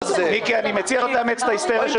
אני מציע שלא תאמץ את ההיסטריה של